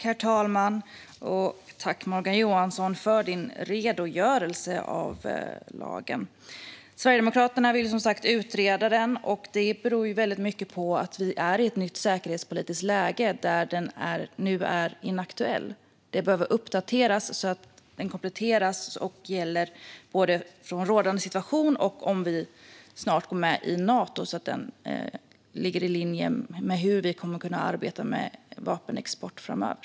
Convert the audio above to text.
Herr talman! Jag tackar Morgan Johansson för hans redogörelse för lagen. Sverigedemokraterna vill som sagt utreda den. Det beror väldigt mycket på att vi är i ett nytt säkerhetspolitiskt läge som gör att den är inaktuell. Lagen behöver uppdateras och kompletteras med tanke på rådande situation. Det gäller särskilt om vi snart går med i Nato. På så sätt kommer den att ligga i linje med hur vi kan arbeta med vapenexport framöver.